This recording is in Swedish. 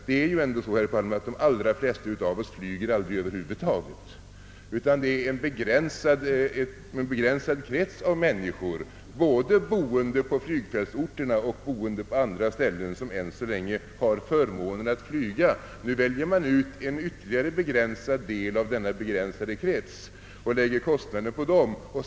Det är ju ändå så, herr Palme, att de allra flesta av oss över huvud taget aldrig flyger, utan det är en begränsad krets av människor, både boende på flygfältsorter och boende på andra platser, som än så länge har förmånen att kunna anlita flyget. Nu väljer man ut en ytterligare begränsad del av denna begränsade krets och lägger vissa kostnader där.